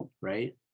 Right